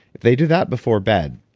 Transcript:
they do that before bed,